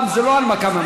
מכסה.